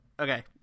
Okay